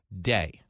day